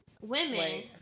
Women